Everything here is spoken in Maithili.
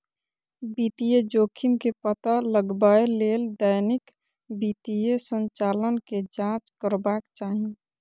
वित्तीय जोखिम के पता लगबै लेल दैनिक वित्तीय संचालन के जांच करबाक चाही